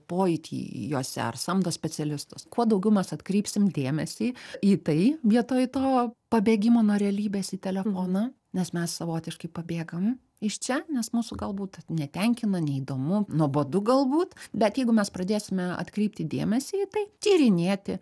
pojūtį jose ar samdo specialistus kuo daugiau mes atkreipsim dėmesį į tai vietoj to pabėgimo nuo realybės į telefoną nes mes savotiškai pabėgam iš čia nes mūsų galbūt netenkina neįdomu nuobodu galbūt bet jeigu mes pradėsime atkreipti dėmesį į tai tyrinėti